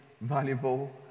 valuable